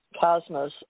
Cosmos